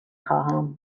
خواهم